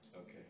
Okay